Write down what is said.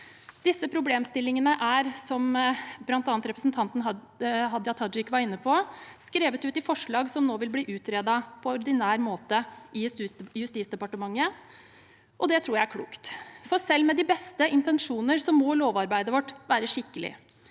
Disse problemstillingene er, som bl.a. representanten Hadia Tajik var inne på, skrevet ut i forslag som nå vil bli utredet på ordinær måte i Justisdepartementet. Det tror jeg er klokt, for selv med de beste intensjoner må lovarbeidet vårt være skikkelig.